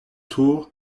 tour